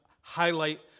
highlight